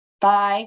Bye